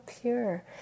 pure